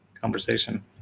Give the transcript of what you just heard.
conversation